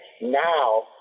Now